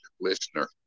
Listener